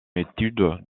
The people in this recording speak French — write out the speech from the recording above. étude